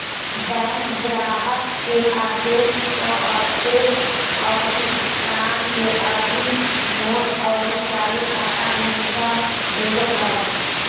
bank ग्राहक के आदेश पअ चेक अउरी भुगतान के अधीन नोट अउरी चालू खाता में धन भेजत हवे